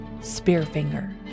Spearfinger